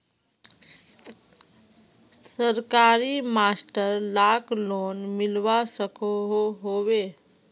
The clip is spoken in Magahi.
सरकारी मास्टर लाक लोन मिलवा सकोहो होबे?